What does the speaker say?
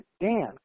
Dan